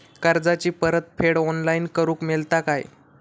कर्जाची परत फेड ऑनलाइन करूक मेलता काय?